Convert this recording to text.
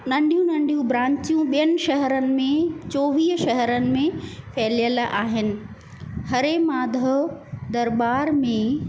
नंढियूं नंढियूं ब्रांचियूं ॿेअनि शहरुनि में चोवीह शहरुनि में फैलियलु आहिनि हरे माधव दरबार में